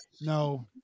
No